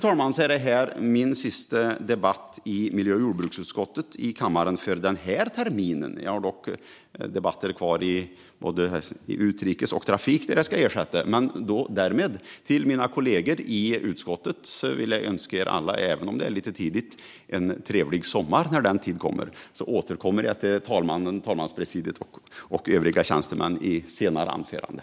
Vad jag vet är det här min sista debatt i miljö och jordbruksutskottet i kammaren för den här terminen. Jag har debatter kvar i både utrikes och trafikutskotten där jag är ersättare, men härmed vill jag önska alla mina kollegor i utskottet en trevlig sommar - även om det är lite tidigt. Jag återkommer till talmanspresidiet och övriga tjänstemän i senare anföranden.